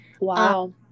Wow